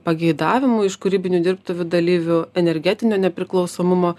pageidavimų iš kūrybinių dirbtuvių dalyvių energetinio nepriklausomumo